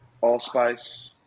allspice